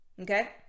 Okay